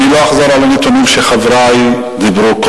אני לא אחזור על הנתונים שחברי ציינו קודם,